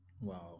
Wow